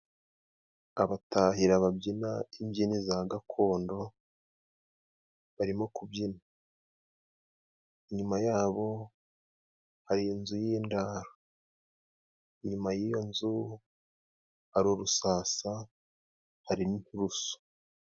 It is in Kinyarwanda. Abatahira babyina imbyino za gakondo barimo kubyina, inyuma yabo hari inzu y'indaro, inyuma y'iyo nzu hari urusasa, hari inturusu.